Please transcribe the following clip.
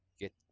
get